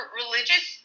religious